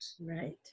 Right